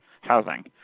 housing